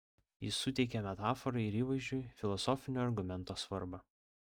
jis suteikė metaforai ir įvaizdžiui filosofinio argumento svarbą